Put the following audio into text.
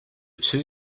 two